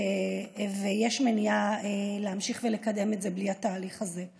ויש מניעה להמשיך לקדם את זה בלי התהליך הזה.